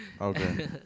okay